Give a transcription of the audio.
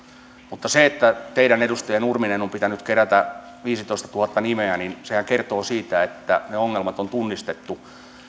mutta sehän että teidän edustaja nurminen on pitänyt kerätä viisitoistatuhatta nimeä kertoo siitä että ne ongelmat on tunnistettu